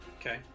Okay